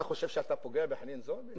אתה חושב שאתה פוגע בחנין זועבי?